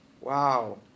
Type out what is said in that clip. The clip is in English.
Wow